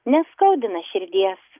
neskaudina širdies